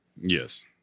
Yes